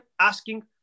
asking